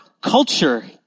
culture